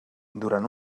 durant